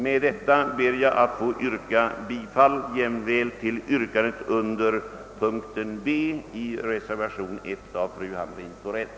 Med dessa ord ber jag att få yrka bifall jämväl till yrkandet under punkten B i reservationen I av fru Hamrin Thorell m.fl.